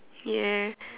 ya